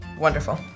Wonderful